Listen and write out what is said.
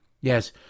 Yes